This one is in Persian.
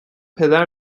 پدر